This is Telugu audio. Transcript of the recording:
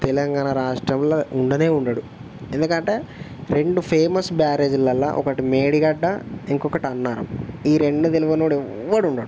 తెలంగాణా రాష్ట్రంలో ఉండనే ఉండడు ఎందుకంటే రెండు ఫేమస్ బ్యారేజ్లల్లలో ఒకటి మేడిగడ్డ ఇంకోకటి అన్నారం ఈ రెండు తెలినోడు ఎవ్వడుండడు